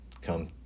come